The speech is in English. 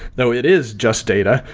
though it is just data,